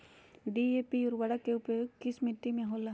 DAP उर्वरक का प्रयोग किस मिट्टी में होला?